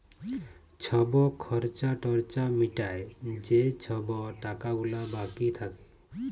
ছব খর্চা টর্চা মিটায় যে ছব টাকা গুলা বাকি থ্যাকে